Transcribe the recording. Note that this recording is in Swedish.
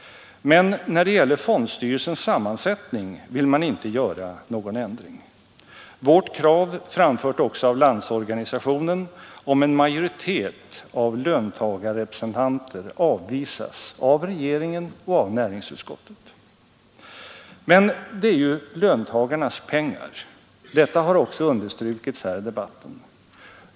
Men när det gäller fondstyrelsens sammansättning vill man inte göra någon ändring. Vårt krav — framfört också av Landsorganisationen — om en majoritet av löntagarrepresentanter avvisas av regeringen och av näringsutskottet. Men det är ju löntagarnas pengar. Detta har även understrukits här i debatten.